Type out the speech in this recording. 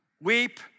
weep